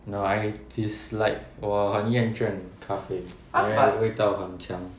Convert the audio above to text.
no I dislike 我很厌倦咖啡那个味道很强